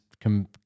Come